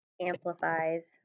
amplifies